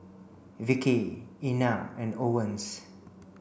Vickey Inell and Owens